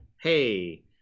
hey